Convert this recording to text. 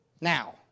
Now